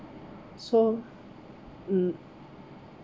so um